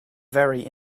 very